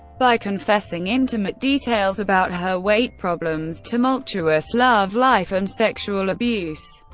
by confessing intimate details about her weight problems, tumultuous love life, and sexual abuse,